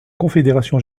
confédération